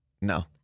No